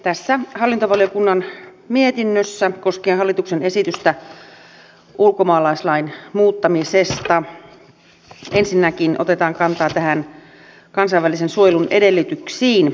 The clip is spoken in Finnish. tässä hallintovaliokunnan mietinnössä koskien hallituksen esitystä ulkomaalaislain muuttamisesta ensinnäkin otetaan kantaa kansainvälisen suojelun edellytyksiin